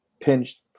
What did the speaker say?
pinched